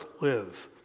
live